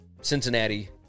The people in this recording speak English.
Cincinnati